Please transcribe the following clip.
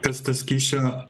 kas tas kyšio